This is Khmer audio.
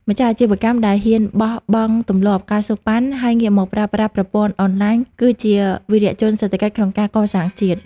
ម្ចាស់អាជីវកម្មដែលហ៊ានបោះបង់ទម្លាប់ ការសូកប៉ាន់ ហើយងាកមកប្រើប្រាស់ប្រព័ន្ធអនឡាញ គឺជាវីរជនសេដ្ឋកិច្ចក្នុងការកសាងជាតិ។